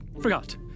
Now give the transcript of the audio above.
forgot